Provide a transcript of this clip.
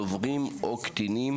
דוברים או קטינים.